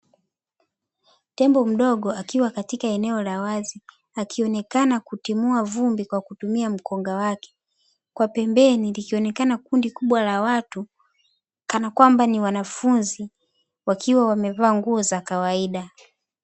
Tembo mdogo akiwa katika eneo la wazi akionekana kutimua vumbi kwa kutumia mkonga wake kwa pembeni likionekana kundi kubwa la watu kana kwamba ni wanafunzi wakiwa wamevaa nguo za kawaida.